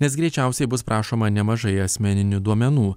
nes greičiausiai bus prašoma nemažai asmeninių duomenų